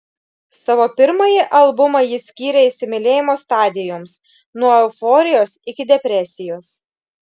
savo pirmąjį albumą ji skyrė įsimylėjimo stadijoms nuo euforijos iki depresijos